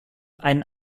einen